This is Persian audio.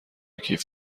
کیف